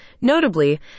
notably